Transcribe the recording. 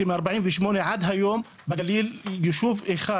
שמ-48 עד היום בגליל יישוב אחד,